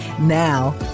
Now